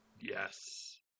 Yes